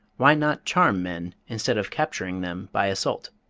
why not charm men instead of capturing them by assault?